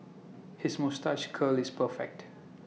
his moustache curl is perfect